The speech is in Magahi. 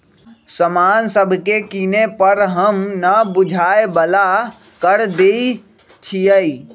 समान सभके किने पर हम न बूझाय बला कर देँई छियइ